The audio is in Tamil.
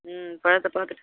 ம் பழத்தை பார்த்துட்டு